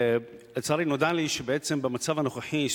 לצערי נודע לי שבמצב הנוכחי,